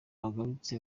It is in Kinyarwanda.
bagarutse